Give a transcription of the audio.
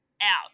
out